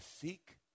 seek